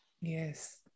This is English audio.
Yes